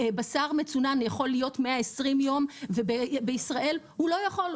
בשר מצונן יכול להיות 120 יום ובישראל הוא לא יכול.